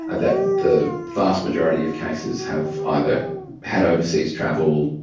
and that the vast majority of cases have either had overseas travel,